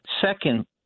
Second